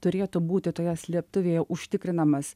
turėtų būti toje slėptuvėje užtikrinamas